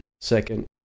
second